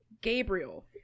Gabriel